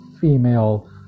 female